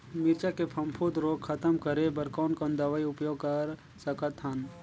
मिरचा के फफूंद रोग खतम करे बर कौन कौन दवई उपयोग कर सकत हन?